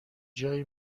جایی